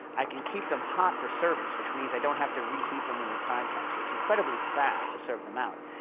i can keep them hot for service, which means i don't have to reheat them when the time comes, so it's incredibly fast to serve them out.